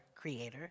creator